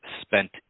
spent